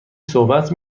صحبت